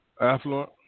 Affluent